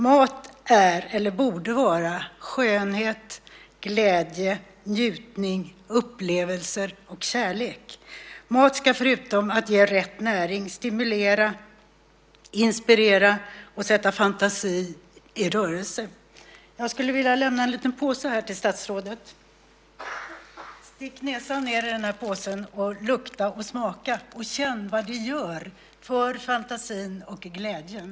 Mat är, eller borde vara, skönhet, glädje, njutning, upplevelser och kärlek. Mat ska förutom att ge rätt näring stimulera, inspirera och sätta fantasin i rörelse. Jag skulle vilja lämna en liten påse till statsrådet här. Stick ned näsan i den här påsen och lukta och smaka, och känn vad det gör för fantasin och för glädjen!